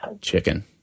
Chicken